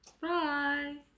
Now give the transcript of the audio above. Bye